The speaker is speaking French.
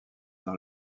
dans